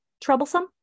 troublesome